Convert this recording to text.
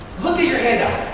look at your handout.